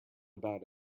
about